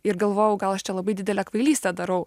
ir galvojau gal aš čia labai didelę kvailystę darau